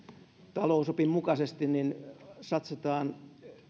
talousopin mukaisesti että satsataan